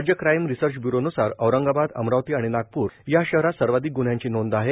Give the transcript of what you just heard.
राज्य crime research bureau नुसार औरंगाबाद अमरावती आणि नागपूर या शहरात सर्वाधिक गुन्हयांची नोंद झाली